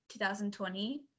2020